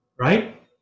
right